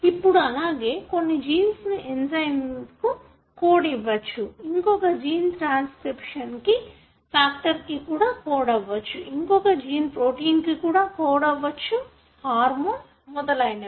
ఇప్పుడు అలాగే కొన్ని జీన్స్ ను ఎంజయ్మ్ కు కోడ్ ఇవ్వచ్చు ఇంకొక జీన్ ట్రాన్స్క్రిప్షన్ ఫాక్టర్ కు కోడ్ అవ్వచ్చు ఇంకొక జీన్ ప్రోటీన్కు కోడ్ అవ్వచ్చు హార్మోన్ మొదలయినవి